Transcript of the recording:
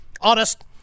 honest